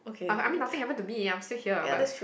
uh I mean nothing happens to me I'm still here but